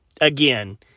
again